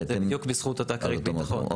זה בדיוק בזכות אותה כרית ביטחון.